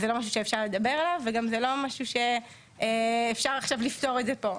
זה לא משהו שאפשר לדבר עליו וגם זה לא משהו שאפשר עכשיו לפתור את זה פה.